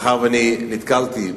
מאחר שנתקלתי,